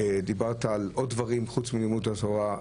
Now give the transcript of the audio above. דיברת על עוד דברים חוץ מלימוד התורה.